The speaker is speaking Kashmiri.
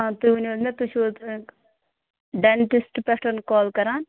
آ تُہۍ ؤنِو حظ مےٚ تُہۍ چھِوا حظ ڈینٛٹِسٹہٕ پٮ۪ٹھ کَال کران